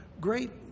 great